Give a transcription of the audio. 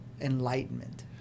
enlightenment